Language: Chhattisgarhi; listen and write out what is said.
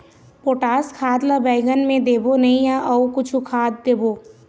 पोटास खाद ला बैंगन मे देबो नई या अऊ कुछू खाद देबो?